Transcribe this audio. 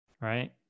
right